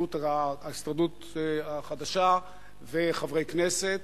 ההסתדרות החדשה וחברי כנסת.